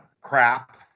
crap